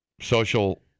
social